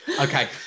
Okay